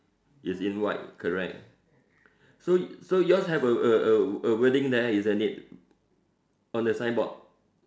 is in white correct so you so yours have a a a a wedding there isn't it on the signboard